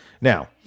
Now